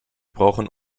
brauchen